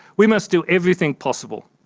we must do everything possible,